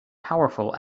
powerful